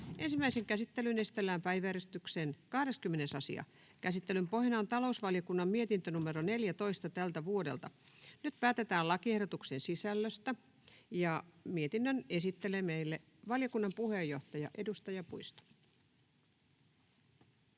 Ensimmäiseen käsittelyyn esitellään päiväjärjestyksen 20. asia. Käsittelyn pohjana on talousvaliokunnan mietintö TaVM 14/2024 vp. Nyt päätetään lakiehdotuksen sisällöstä. — Mietinnön esittelee meille valiokunnan puheenjohtaja, edustaja Puisto.